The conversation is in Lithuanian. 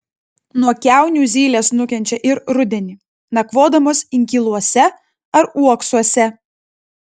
nuo kiaunių zylės nukenčia ir rudenį nakvodamos inkiluose ar uoksuose